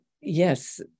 yes